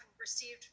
received